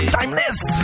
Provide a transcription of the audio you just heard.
Timeless